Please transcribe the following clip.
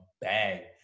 bag